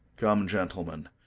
come, gentlemen,